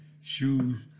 shoes